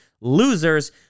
losers